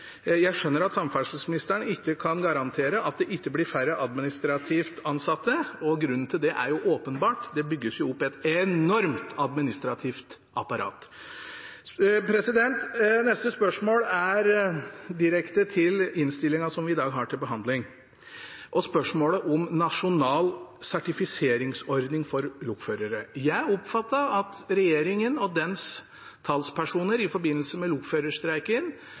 Jeg skjønner at samferdselsministeren ikke kan garantere at det ikke blir færre administrativt ansatte, og grunnen til det er åpenbar – det bygges jo opp et enormt administrativt apparat. Neste spørsmål er direkte knyttet til innstillingen som vi i dag har til behandling, og spørsmålet om nasjonal sertifiseringsordning for lokførere. Jeg oppfatter det slik at regjeringen og dens talspersoner i forbindelse med lokførerstreiken